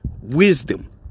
wisdom